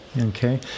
Okay